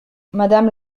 madame